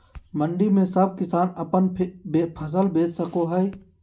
मंडी में सब किसान अपन फसल बेच सको है?